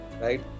Right